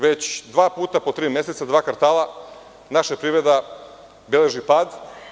Već dva puta po tri meseca, dva kvartala, naša privreda beleži pad.